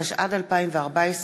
התשע"ד 2014,